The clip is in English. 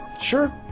Sure